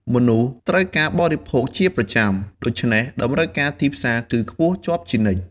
មនុស្សត្រូវការបរិភោគជាប្រចាំ ដូច្នេះតម្រូវការទីផ្សារគឺខ្ពស់ជាប់ជានិច្ច។